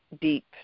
deep